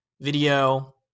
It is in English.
video